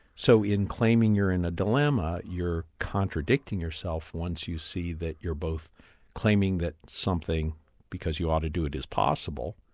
so in claiming you're in a dilemma, you're contradicting yourself once you see that you're both claiming that something because you ought to do it is possible,